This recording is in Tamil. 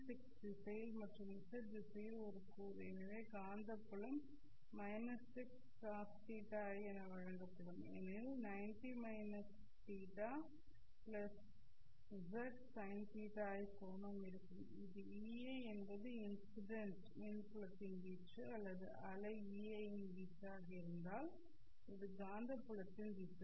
x திசையில் மற்றும் z திசையில் ஒரு கூறு எனவே காந்தப்புலம் − x cos θi என வழங்கப்படும் ஏனெனில் 90 θ z sin θi கோணம் இருக்கும் இது Ei என்பது இன்சிடெண்ட் மின் புலத்தின் வீச்சு அல்லது அலை Ei இன் வீச்சாக இருந்தால் அது காந்தப்புலத்தின் திசை